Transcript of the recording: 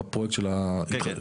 בפרויקט של ההתחדשות.